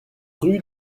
rue